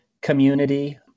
community